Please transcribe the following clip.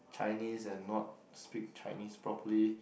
Chinese and not speak Chinese properly